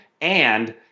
and-